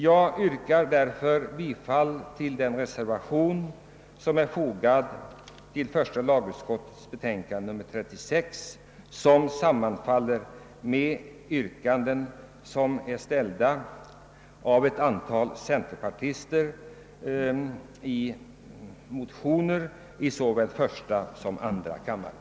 Jag yrkar därför bifall till den reservation som är fogad till första lagutskottets utlåtande nr 36 och som sammanfaller med de yrkanden som är ställda i ett antal motioner i såväl första som andra kammaren.